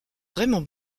vraiment